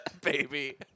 baby